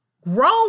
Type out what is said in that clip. grown